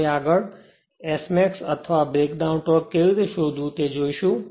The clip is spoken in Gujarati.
હવે આગળ Smax અથવા બ્રેકડાઉન ટોર્ક કેવી રીતે શોધવું તે જોઈશું